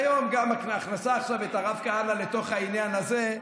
והיום, ההכנסה של הרב כהנא לתוך העניין הזה,